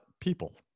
people